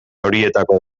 horietako